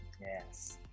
Yes